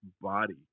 body